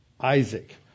isaac